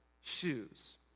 shoes